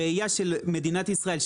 הראייה של מדינת ישראל,